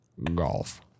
Golf